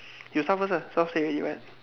you start first ah